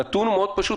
הנתון הוא מאוד פשוט,